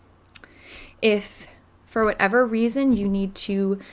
if for whatever reason you need to